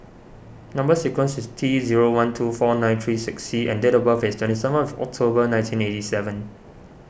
Number Sequence is T zero one two four nine three six C and date of birth is twenty seventh October nineteen eighty seven